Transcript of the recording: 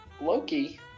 Loki